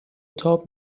تاب